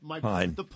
Fine